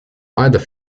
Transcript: either